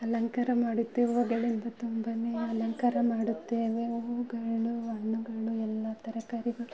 ಅಲಂಕಾರ ಮಾಡುತ್ತೇವೆ ಹೂಗಳಿಂದ ತುಂಬನೇ ಅಲಂಕಾರ ಮಾಡುತ್ತೇವೆ ಹೂವುಗಳು ಹಣ್ಣುಗಳು ಎಲ್ಲ ತರಕಾರಿಗಳು